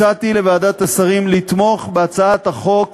הצעתי לוועדת השרים לתמוך בהצעת החוק